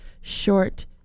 short